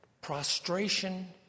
prostration